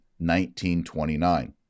1929